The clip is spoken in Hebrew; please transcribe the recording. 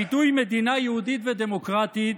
הביטוי "מדינה יהודית ודמוקרטית"